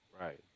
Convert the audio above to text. Right